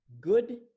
Good